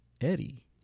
Eddie